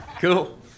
cool